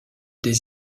des